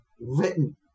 written